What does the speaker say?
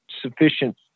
sufficient